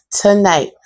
tonight